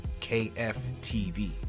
KFTV